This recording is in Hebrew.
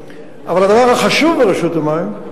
אבל הדבר החשוב ברשות המים,